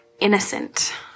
Innocent